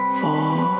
four